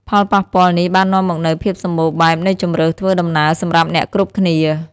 ផលប៉ះពាល់នេះបាននាំមកនូវភាពសម្បូរបែបនៃជម្រើសធ្វើដំណើរសម្រាប់អ្នកគ្រប់គ្នា។